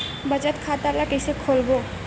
बचत खता ल कइसे खोलबों?